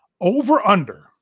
over/under